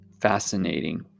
fascinating